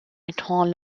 étant